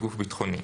וגוף ביטחוני".